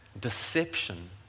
Deception